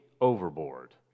overboard